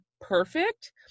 perfect